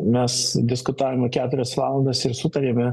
mes diskutavome keturias valandas ir sutarėme